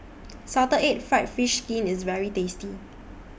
Salted Egg Fried Fish Skin IS very tasty